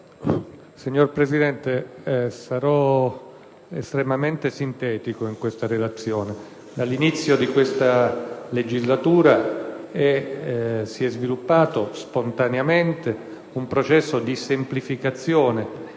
Signor Presidente, sarò estremamente sintetico in questa relazione. Dall'inizio di questa legislatura si è sviluppato, spontaneamente, un processo di semplificazione